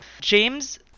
james